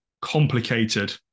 complicated